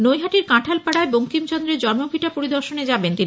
নৈহাটির কাঁঠালপাড়ায় বঙ্কিমচন্দ্রের জন্মভিটা পরিদর্শনে যাবেন তিনি